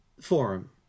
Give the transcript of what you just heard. forum